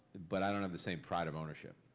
but i don't have the same pride of ownership.